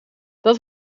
dat